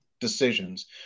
decisions